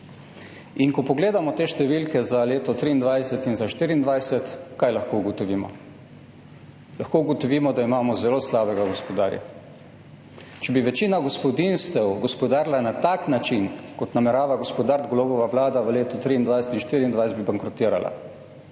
Ko pogledamo te številke za leti 2023 in za 2024 – kaj lahko ugotovimo? Lahko ugotovimo, da imamo zelo slabega gospodarja. Če bi večina gospodinjstev gospodarila na tak način, kot namerava gospodariti Golobova vlada v letih 2023 in 2024, bi bankrotirala.